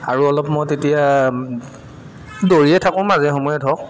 আৰু অলপ মই তেতিয়া দৌৰিয়ে থাকোঁ মাজে সময়ে ধৰক